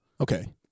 Okay